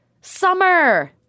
Summer